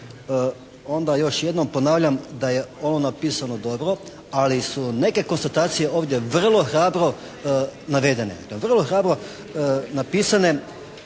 onda još jednom ponavljam da je ono napisano dobro, ali su neke konstatacije ovdje vrlo hrabro navedene, vrlo hrabro napisane.